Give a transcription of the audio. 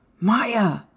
maya